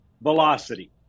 velocity